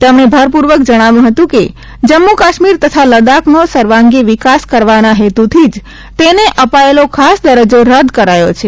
તેમણે ભારપૂર્વક જણાવ્યું હતું કે જમ્મુ કાશ્મીર તથા લદ્દાખનો સર્વાંગી વિકાસ કરવાના હેતુથી જ તેને અપાયેલ ખાસ દરજજો રદ કરાયો છે